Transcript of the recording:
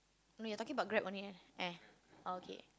no you're talking about Grab only eh ah okay